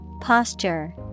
Posture